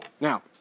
Now